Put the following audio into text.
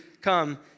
come